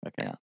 Okay